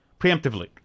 preemptively